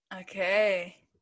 okay